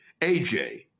AJ